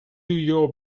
your